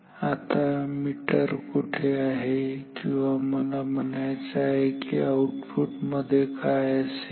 आता मीटर कुठे आहे किंवा मला म्हणायचं आहे की आउटपुट मध्ये काय असेल